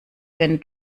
wenn